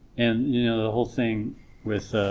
and you know the whole thing with